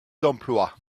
d’emploi